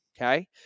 okay